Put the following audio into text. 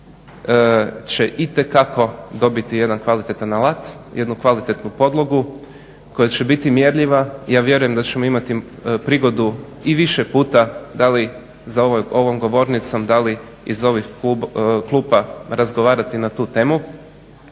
će itekako dobiti jedan kvalitetan alat, jednu kvalitetnu podlogu koja će biti mjerljiva, ja vjerujem da ćemo imati prigodu i više puta da li za ovom govornicom, da li iz ovih klupa razgovarati na tu temu